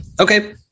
Okay